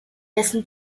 dessen